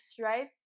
right